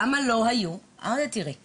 היא שאלה, מופתעת, ״למה לא היו?״ עניתי לה